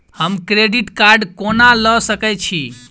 हम credit card कोना लऽ सकै छी?